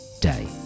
day